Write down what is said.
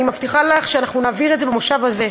אני מבטיחה לך שאנחנו נעביר את זה במושב הזה.